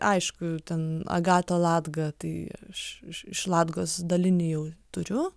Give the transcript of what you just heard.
aišku ten agata latga tai aš iš iš latgos dalinį jau turiu